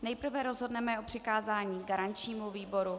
Nejprve rozhodneme o přikázání garančnímu výboru.